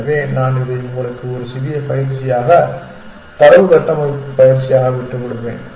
எனவே நான் இதை உங்களுக்கு ஒரு சிறிய பயிற்சியாக தரவு கட்டமைப்பு பயிற்சியாக விட்டுவிடுவேன்